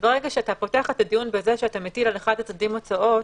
ברגע שאתה פותח את הדיון בזה שאתה מטיל על אחד הצדדים הוצאות,